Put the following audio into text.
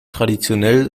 traditionell